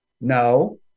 No